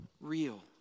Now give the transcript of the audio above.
real